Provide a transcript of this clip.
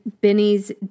Benny's